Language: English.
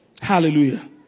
Hallelujah